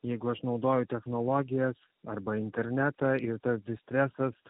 jeigu aš naudoju technologijas arba internetą ir tas distresas